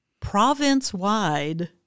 province-wide